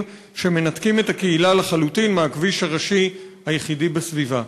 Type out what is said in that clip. שמנתק את הקהילה לחלוטין מהכביש הראשי היחידי בסביבה.